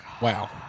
Wow